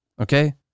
okay